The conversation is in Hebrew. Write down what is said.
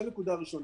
זה נקודה ראשונה.